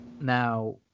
Now